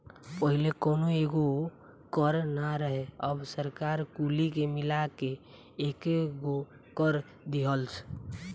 पहिले कौनो एगो कर ना रहे अब सरकार कुली के मिला के एकेगो कर दीहलस